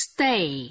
Stay